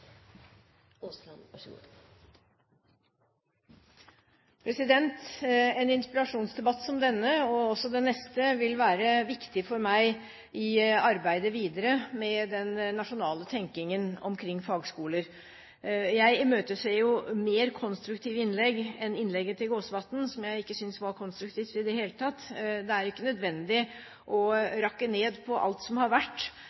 arbeidet videre med den nasjonale tenkningen omkring fagskoler. Men jeg imøteser mer konstruktive innlegg enn innlegget til Jon Jæger Gåsvatn, som jeg ikke syntes var konstruktivt i det hele tatt. Det er ikke nødvendig å rakke ned på alt som har vært